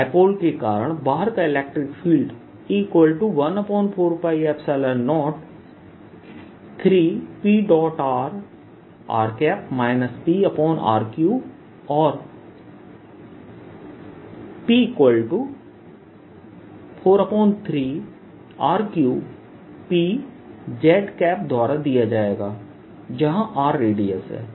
di पोल के कारण बाहर का इलेक्ट्रिक फील्ड E14π03prr pr3 और p4π3R3Pz द्वारा दिया जाएगा जहां R रेडियस है